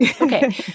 Okay